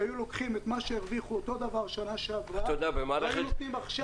שהיו לוקחים את מה שהרוויחו אותו דבר שנה שעברה והיו נותנים עכשיו.